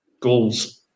goals